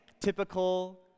typical